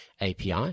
API